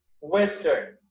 Western